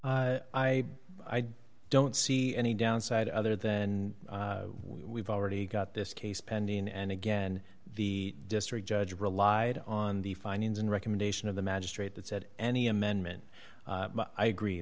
us i i don't see any downside other than we've already got this case pending and again the district judge relied on the findings and recommendation of the magistrate that said any amendment i agree